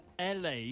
LA